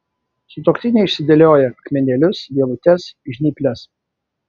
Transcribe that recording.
sutuoktinė išsidėlioja akmenėlius vielutes žnyples